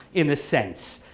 in a sense,